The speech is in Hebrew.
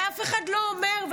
ואף אחד לא אומר,